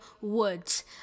Woods